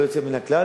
ללא יוצא מן הכלל,